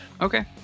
Okay